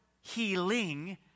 healing